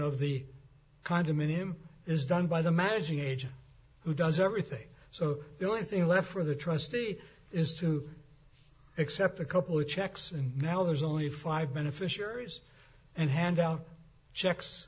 of the condominium is done by the magic age who does everything so the only thing left for the trustee is to accept a couple of checks and now there's only five beneficiaries and hand out checks